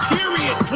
Period